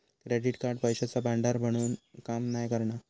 credit card पैशाचा भांडार म्हणून काम नाय करणा